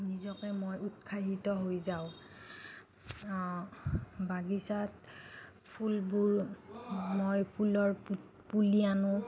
নিজকে মই উৎসাহিত হৈ যাওঁ বাগিচাত ফুলবোৰ মই ফুলৰ পুলি আনো